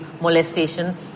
molestation